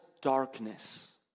darkness